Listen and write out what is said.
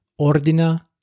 Ordina